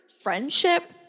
friendship